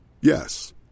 Yes